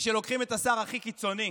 כי כשלוקחים את השר הכי קיצוני,